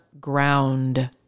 ground